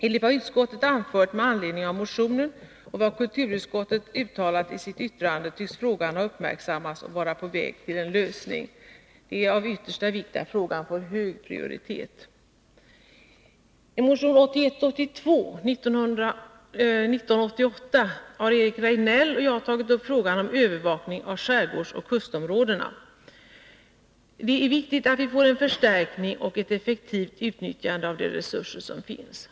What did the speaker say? Enligt vad utskottet anfört med anledning av motionen och vad kulturutskottet uttalat i sitt yttrande, tycks frågan ha uppmärksammats och vara på väg att få en lösning. Det är av yttersta vikt att frågan får hög prioritet. I motion 1981/82:1988 har Eric Rejdnell och jag tagit upp frågan om övervakning av skärgårdsoch kustområdena. Det är viktigt att vi får en förstärkning och ett effektivt utnyttjande av de resurser som finns.